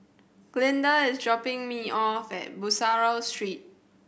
Glinda is dropping me off at Bussorah Street